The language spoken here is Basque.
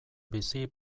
bizi